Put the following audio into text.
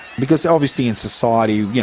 because obviously in society, yeah